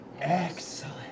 Excellent